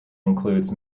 includes